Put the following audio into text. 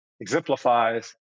exemplifies